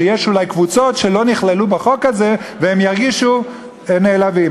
שיש אולי קבוצות שלא נכללו בחוק הזה והן ירגישו נעלבות.